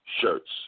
shirts